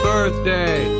Birthday